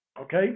okay